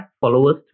followers